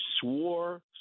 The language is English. swore